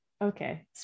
Okay